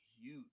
huge